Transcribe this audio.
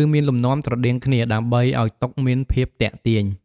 ឬមានលំនាំស្រដៀងគ្នា ដើម្បីឱ្យតុមានភាពទាក់ទាញ។